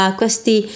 questi